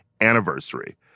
anniversary